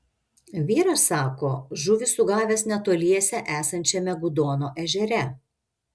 vyras sako žuvį sugavęs netoliese esančiame gudono ežere